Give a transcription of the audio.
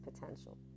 potential